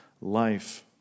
life